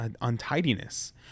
untidiness